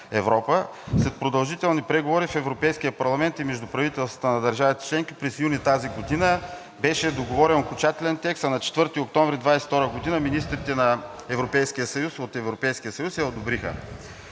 След продължителни преговори в Европейския парламент и между правителствата на държавите членки през месец юни 2022 г. беше договорен окончателен текст, а на 4 октомври 2022 г. министрите от Европейския съюз я одобриха.